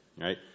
right